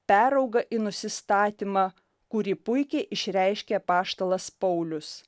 perauga į nusistatymą kurį puikiai išreiškia apaštalas paulius